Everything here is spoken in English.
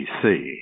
BC